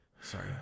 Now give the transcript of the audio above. Sorry